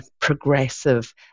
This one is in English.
progressive